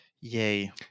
Yay